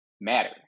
matter